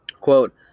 Quote